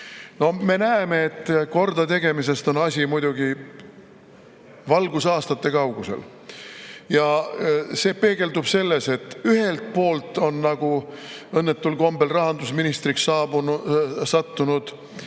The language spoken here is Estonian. Me näeme, et kordategemisest on asi muidugi valgusaastate kaugusel. See peegeldub ühelt poolt selles, nagu õnnetul kombel rahandusministriks sattunud Mart